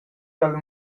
dalla